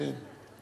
כן.